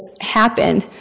happen